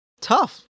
tough